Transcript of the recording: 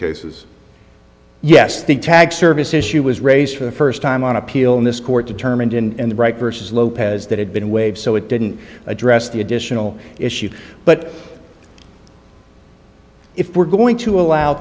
cases yes the tag service issue was raised for the first time on appeal in this court determined in the right versus lopez that had been waived so it didn't address the additional issue but if we're going to allow